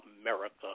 America